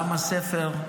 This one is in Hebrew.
עם הספר,